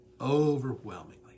Overwhelmingly